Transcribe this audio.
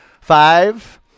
Five